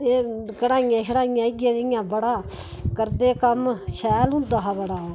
एह् कढाइयां शढाइया इयै जेही बड़ा करदे कम्म शैल होंदा हा बड़ा